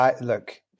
Look